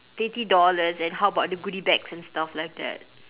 twenty dollars and how about the goody bags and stuff like that